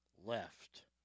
left